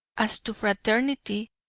as to fraternity,